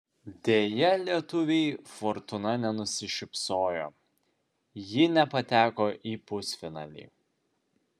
deja lietuvei fortūna nenusišypsojo ji nepateko į pusfinalį